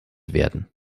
werden